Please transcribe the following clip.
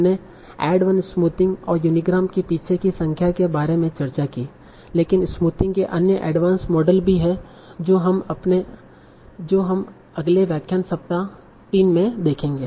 हमने add one smoothing और unigram के पीछे की संस्था के बारे में चर्चा की लेकिन स्मूथिंग के अन्य एडवांस मॉडल भी हैं जो हम अगले व्याख्यान सप्ताह 3 में देखेंगे